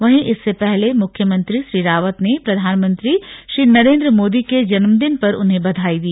वहीं इससे पहले मुख्यमंत्री श्री रावत ने प्रधानमंत्री श्री नरेंद्र मोदी के जन्मदिन पर उन्हें बधाई दी